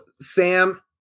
Sam